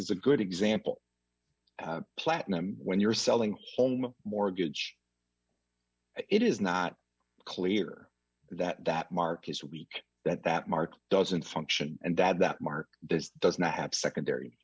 is a good example platinum when you're selling home mortgage it is not clear that that mark is weak that that market doesn't function and that that mark does does nab secondary